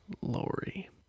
Lori